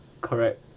correct